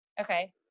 Okay